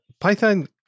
Python